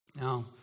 Now